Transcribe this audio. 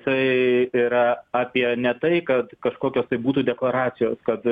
tai yra apie ne tai kad kažkokios tai būtų dekoracijos kad